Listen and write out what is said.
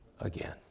again